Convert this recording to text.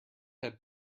had